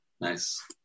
Nice